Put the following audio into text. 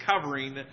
covering